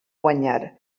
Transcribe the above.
guanyar